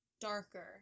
darker